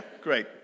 great